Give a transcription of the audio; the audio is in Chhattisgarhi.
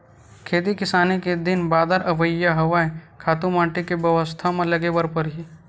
खेती किसानी के दिन बादर अवइया हवय, खातू माटी के बेवस्था म लगे बर परही